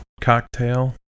cocktail